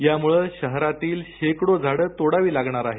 त्यामुळे शहरातळी शेकडो झाडं तोडावी लागणार आहेत